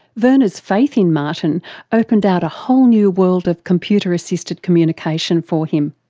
virna's faith in martin opened out a whole new world of computer-assisted communication for him.